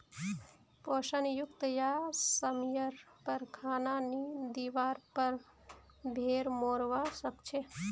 पोषण युक्त या समयर पर खाना नी दिवार पर भेड़ मोरवा सकछे